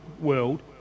world